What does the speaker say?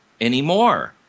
anymore